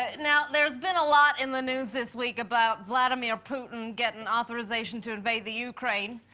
ah now, there's been a lot in the news this week about vladimir putin gettin' authorization to invade the ukraine,